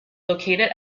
located